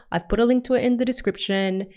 i've put a link to it in the description.